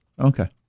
Okay